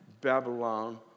Babylon